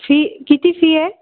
fee किती fee आहे